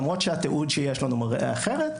למרות שהתיעוד שיש לנו מראה אחרת,